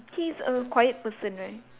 he is a quiet person right